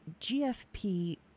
gfp